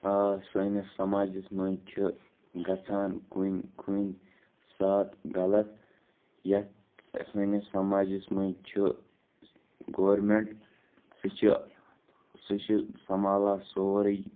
سٲنِس سماجَس منٛز چھِ گژھان کُنۍ کُنۍ سات غلط یَتھ سٲنِس سماجَس منٛز چھِ گورمٮ۪نٛٹ سُہ چھِ سُہ چھِ سنٛبھالان سورُے